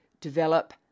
Develop